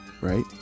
right